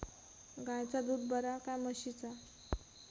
गायचा दूध बरा काय म्हशीचा?